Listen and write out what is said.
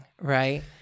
right